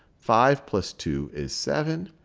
five plus two is seven.